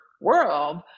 world